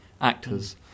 actors